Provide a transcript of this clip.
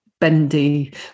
bendy